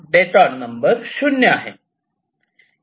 detour number 0 आहे